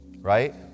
Right